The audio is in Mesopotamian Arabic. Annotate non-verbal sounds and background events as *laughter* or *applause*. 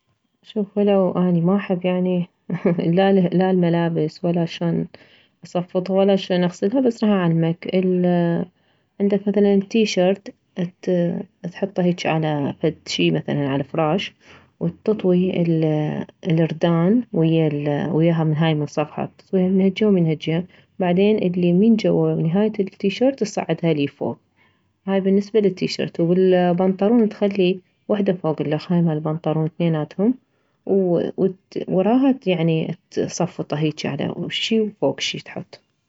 شوف ولو اني ما احب يعني *laughs* لا لا الملابس ولا شلون اصفط ولا شلون اغسلها بس راح اعلمك عندك مثلا التيشرت تحطه هيجي على فد شي مثلا على فراش وتطوي الردان ويه وياها هاي من صفحة تطويها من هالجهة ومن هالجهة بعدين الي من جوه نهاية التيشرت تصعدها ليفوك هاي بالنسبة للتيشرت والبنطلون تخلي وحدة فوك الخ هاي مالبنطلون ثنيناتهم ووراها يعني تصفطها تحط شي فوك شي